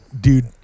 dude